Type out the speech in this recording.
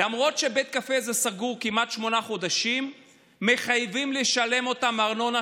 למרות שבית הקפה הזה סגור כמעט שמונה חודשים מחייבים אותם לשלם ארנונה,